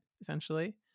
essentially